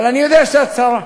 אבל אני יודע שאת שרה.